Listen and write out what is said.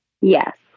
Yes